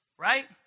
right